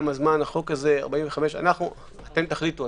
אתם תחליטו.